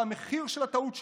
והמחיר של הטעות שלו,